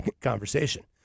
conversation